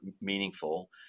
meaningful